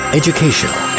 educational